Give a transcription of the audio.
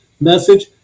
message